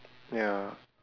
ya